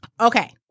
Okay